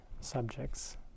subjects